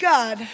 God